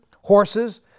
horses